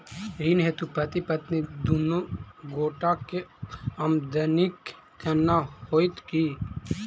ऋण हेतु पति पत्नी दुनू गोटा केँ आमदनीक गणना होइत की?